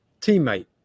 teammate